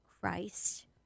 Christ